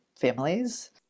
families